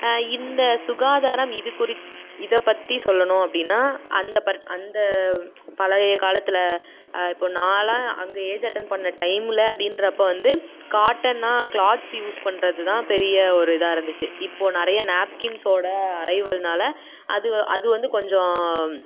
இந்த சுகாதாரம் இது குறித்து இதை பற்றி சொல்லணும் அப்படின்னா அந்த அந்த பழைய காலத்தில் இப்போது நான்லாம் அங்கே ஏஜ் அட்டன் பண்ண டைமில் அப்டின்றப்போ வந்து காட்டன் க்ளாத்ஸ் யூஸ் பண்ணுறதுதான் பெரிய ஒரு இதாக இருந்துச்சு இப்போது நிறைய நாப்கின்ஸோட அரைவல்னால அது அது வந்து கொஞ்சம்